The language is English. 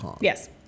Yes